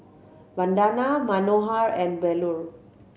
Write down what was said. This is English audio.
Vandana Manohar and Bellur